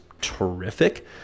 terrific